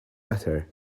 better